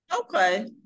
okay